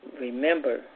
remember